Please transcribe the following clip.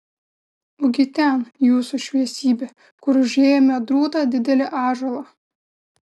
ugi ten jūsų šviesybe kur užėjome drūtą didelį ąžuolą